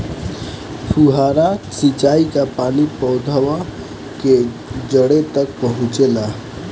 फुहारा सिंचाई का पानी पौधवा के जड़े तक पहुचे ला?